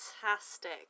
Fantastic